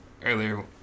earlier